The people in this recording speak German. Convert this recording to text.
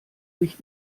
sich